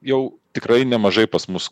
jau tikrai nemažai pas mus